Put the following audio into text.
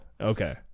Okay